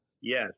Yes